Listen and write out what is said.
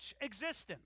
existence